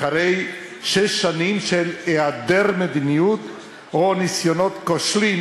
אחרי שש שנים של היעדר מדיניות או ניסיונות כושלים